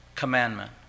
commandment